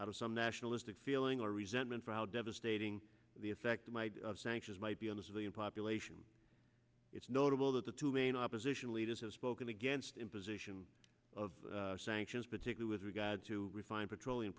out of some nationalistic feeling or resentment for how devastating the effect might of sanctions might be on the civilian population it's notable that the two main opposition leaders have spoken against imposition of sanctions particular with regard to refined petroleum